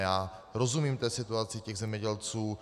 Já rozumím situaci těch zemědělců.